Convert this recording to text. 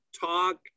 talk